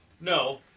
No